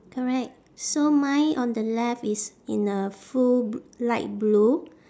correct so mine on the left is in a full b~ light blue